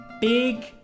Big